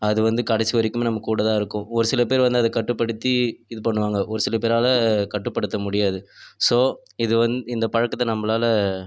அது வந்து கடைசி வரைக்குமே நம்ம கூட தான் இருக்கும் ஒரு சில பேர் வந்து அத கட்டுப்படுத்தி இது பண்ணுவாங்க ஒரு சில பேரால் கட்டுப்படுத்த முடியாது ஸோ இது வந் இந்த பழக்கத்தை நம்மளால